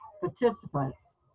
participants